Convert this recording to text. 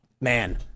man